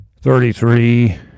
Thirty-three